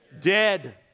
Dead